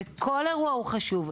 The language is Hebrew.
וכל אירוע הוא חשוב.